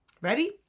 Ready